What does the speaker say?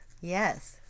Yes